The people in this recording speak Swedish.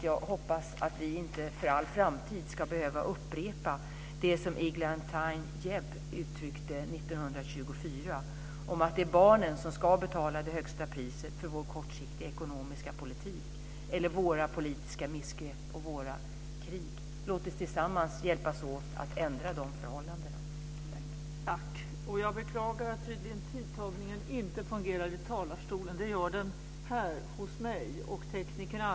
Jag hoppas att vi inte för all framtid ska behöva upprepa det som Eglantyne Jebb uttryckte 1924, att det är barnen som ska betala det högsta priset för vår kortsiktiga ekonomiska politik eller våra politiska missgrepp och krig. Låt oss tillsammans hjälpas åt att ändra de förhållandena.